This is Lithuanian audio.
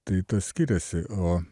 tai tas skiriasi o